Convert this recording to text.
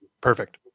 perfect